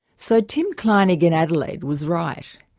so tim kleinig in adelaide was right.